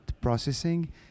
processing